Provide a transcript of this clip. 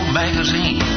magazine